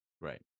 right